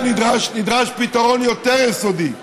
לכן, נדרש פתרון יותר יסודי.